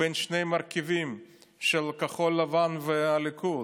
בין שני מרכיבים של כחול לבן והליכוד,